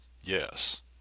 Yes